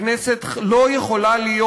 הכנסת לא יכולה להיות